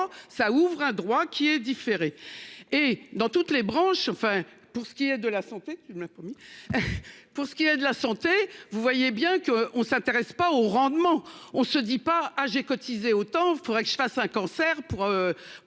ça ouvre un droit qui est différée et dans toutes les branches, enfin pour ce qui est de la santé. Vomis. Pour ce qui est de la santé, vous voyez bien que on s'intéresse pas au rendement, on se dit pas. Ah j'ai cotisé autant, faudrait que je fasse un cancer pour.